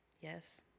Yes